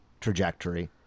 trajectory